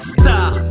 star